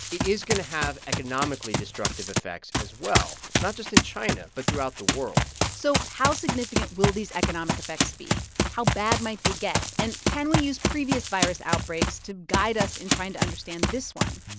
it is going to have economically destructive effects as well, not just in china but throughout the world so how significant will these economic effects be? how bad might they get? and can we use previous virus outbreaks to guide us in trying to understand this one?